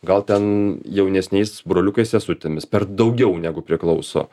gal ten jaunesniais broliukais sesutėmis per daugiau negu priklauso